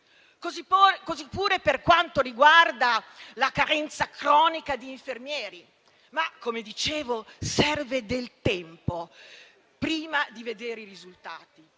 così pure per quanto riguarda la carenza cronica di infermieri, ma, come dicevo, serve del tempo prima di vedere i risultati.